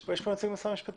המשפטים.